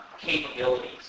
capabilities